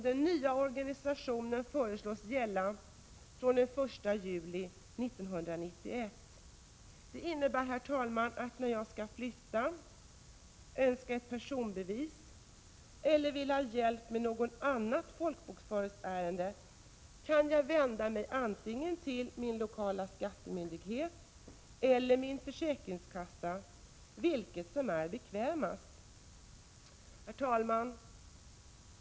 Den nya organisationen föreslås gälla från den 1 juli 1991. Den innebär, herr talman, att när jag skall flytta, önskar ett personbevis eller vill ha hjälp med något annat folkbokföringsärende, kan jag vända mig antingen till min lokala skattemyndighet eller till min försäkringskassa — vilket som är bekvämast. Herr talman!